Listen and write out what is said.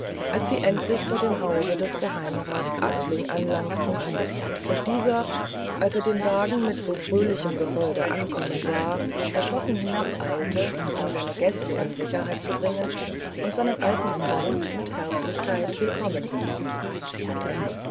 als sie endlich vor dem hause des geheimerat asling anlangten und dieser als er den wagen mit so fröhlichem gefolge ankommen sah erschrocken hinabeilte seine gäste in sicherheit zu bringen und seinen alten freund mit herzlichkeit willkommen hieß